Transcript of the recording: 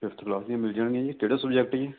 fifth class ਦੀਆਂ ਮਿਲ ਜਾਣਗੀਆ ਜੀ ਕਿਹੜਾ ਸਬਜੈਕਟ ਜੀ